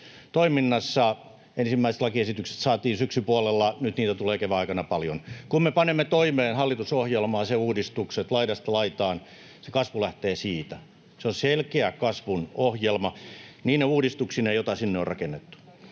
toiminnassa. Ensimmäiset lakiesitykset saatiin syksypuolella, nyt niitä tulee kevään aikana paljon. Kun me panemme toimeen hallitusohjelmaa ja sen uudistuksia laidasta laitaan, se kasvu lähtee siitä. Se on selkeä kasvun ohjelma niine uudistuksineen, joita sinne on rakennettu.